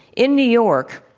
in new york,